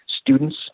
Students